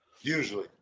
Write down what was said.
Usually